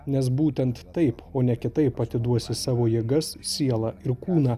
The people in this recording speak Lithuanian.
nes būtent taip o ne kitaip atiduosi savo jėgas sielą ir kūną